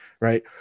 right